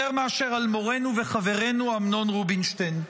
מאשר על מורנו וחברנו אמנון רובינשטיין.